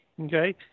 Okay